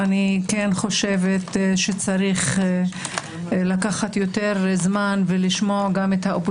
מדובר שצריך לשלם 3%- -- שתי ההערות